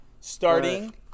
starting